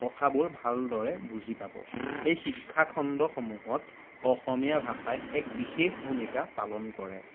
কথাবোৰ ভালদৰে বুজি পাব এই শিক্ষাখণ্ডসমূহত অসমীয়া ভাষাই এক বিশেষ ভূমিকা পালন কৰে